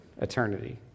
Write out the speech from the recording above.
Eternity